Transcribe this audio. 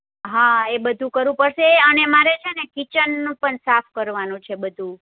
હા એ બધું કરવું પડશે એ અને મારે છેને કિચનનું પણ સાફ કરવાનું છે બધું